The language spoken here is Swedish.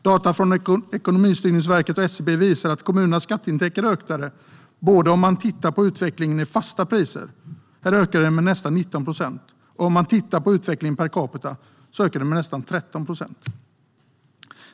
Data från Ekonomistyrningsverket och SCB visar att kommunernas skatteintäkter ökade. Det gäller både utvecklingen i fasta priser med en ökning på nästan 19 procent och utvecklingen per capita med en ökning på nästan 13 procent.